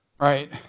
Right